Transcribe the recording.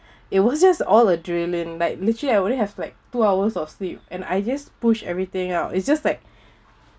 it was just all adrenaline like literally I only have like two hours of sleep and I just push everything out it's just like